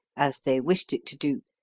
as they wished it to do,